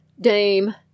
Dame